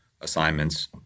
assignments